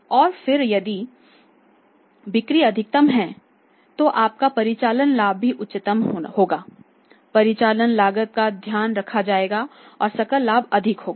और फिर यदि बिक्री अधिकतम है तो आपका परिचालन लाभ भी उच्चतम होगा परिचालन लागत का ध्यान रखा जाएगा और सकल लाभ अधिक होगा